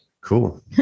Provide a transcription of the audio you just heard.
Cool